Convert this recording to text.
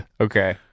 Okay